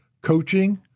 coaching